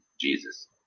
Jesus